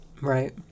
right